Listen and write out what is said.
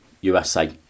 USA